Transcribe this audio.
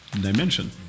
dimension